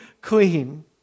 clean